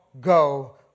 go